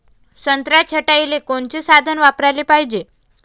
संत्रा छटाईले कोनचे साधन वापराले पाहिजे?